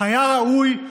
היה ראוי,